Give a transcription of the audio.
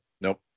nope